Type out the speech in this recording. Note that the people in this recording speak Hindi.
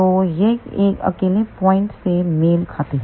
तो यह अकेले पॉइंट से मेल खाती है